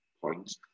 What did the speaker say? point